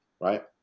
right